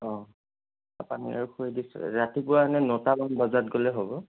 অঁ চাহ পানী আৰু খোৱাই দিছোঁ ৰাতিপুৱা এনে নটামান বজাত গ'লে হ'ব